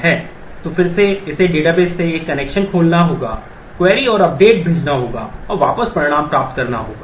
तो फिर से इसे डेटाबेस से एक कनेक्शन खोलना होगा Query और अपडेट भेजना होगा और वापस परिणाम प्राप्त करना होगा